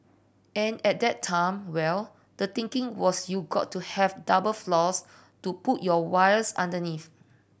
and at that time well the thinking was you got to have double floors to put your wires underneath